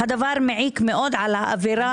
הדבר מעיק מאוד על האווירה.